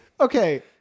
okay